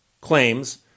claims